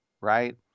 right